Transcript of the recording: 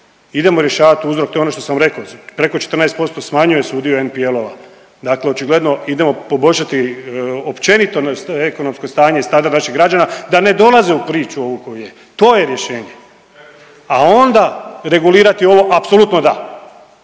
Idemo rješavati uzrok, to je ono što sam reko, preko 14% smanjuje se udio NPL-ova dakle očigledno idemo poboljšati općenito ekonomsko stanje i standard naših građana da ne dolaze u priču ovu koju je, to je rješenje, a onda regulirati ovo apsolutno da.